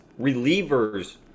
relievers